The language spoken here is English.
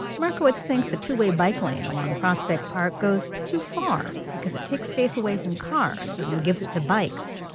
markowitz thinks a two-way bike lane along prospect park goes too far, because it takes space away from cars and gives it to bikes.